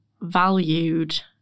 valued